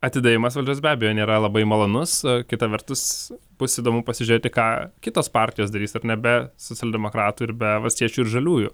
atidavimas valdžios be abejo nėra labai malonus kita vertus bus įdomu pasižiūrėti ką kitos partijos darys ar ne be socialdemokratų ir be valstiečių žaliųjų